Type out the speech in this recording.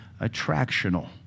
attractional